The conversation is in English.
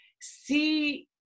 see